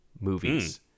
movies